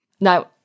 Now